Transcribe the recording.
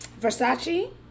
Versace